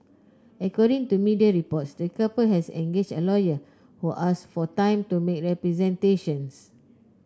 according to media reports the couple has engaged a lawyer who asked for time to make representations